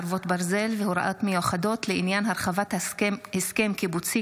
חרבות ברזל) (הוראת מיוחדות לעניין הרחבת הסכם קיבוצי